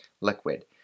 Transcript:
liquid